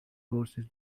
courses